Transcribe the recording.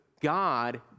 God